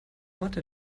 mathe